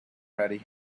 ready